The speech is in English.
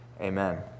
amen